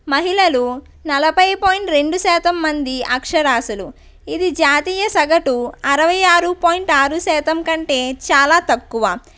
మహిళలు నలభై పాయింట్ రెండు శాతం మంది అక్షరాస్యులు ఇది జాతీయ సగటు అరవై ఆరు పాయింట్ ఆరు శాతం కంటే చాలా తక్కువ